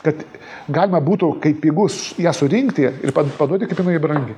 kad galima būtų kai pigus ją surinkti ir pa paduoti kaip jinai brangi